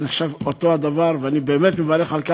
זה נחשב אותו הדבר, ואני באמת מברך על כך.